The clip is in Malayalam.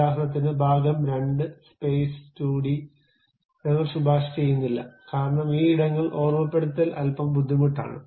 ഉദാഹരണത്തിന് ഭാഗം 2 സ്പേസ് 2 ഡി ഞങ്ങൾ ശുപാർശ ചെയ്യുന്നില്ല കാരണം ഈ ഇടങ്ങൾ ഓർമ്മപ്പെടുത്തൽ അൽപ്പം ബുദ്ധിമുട്ടാണ്